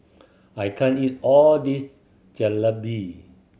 I can't eat all this Jalebi